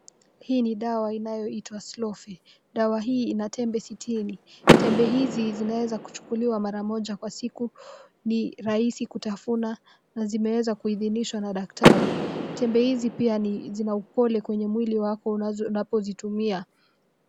Hii ni dawa inayoitwa slowfe dawa hili lina tembe sitini, tembe hizi zinaweza kuchukuliwa moja kwa siku, ni rahisi kutafuna na zimeweza kuidhinishwa na daktari, tembe hizi pia lina upole, kwenye mwili wako unapozitumia.